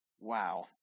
Wow